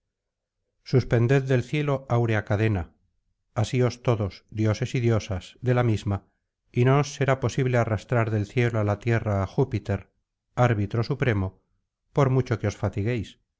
suspended del cielo áurea cadena asios todos dioses y diosas de la misma y no os será posible arrastrar del cielo á la tierra á júpiter arbitro supremo por mucho que os fatiguéis